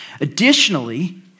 Additionally